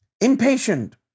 Impatient